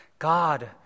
God